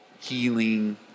healing